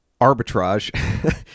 arbitrage